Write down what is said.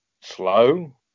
slow